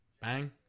Bang